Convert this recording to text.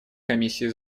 комиссии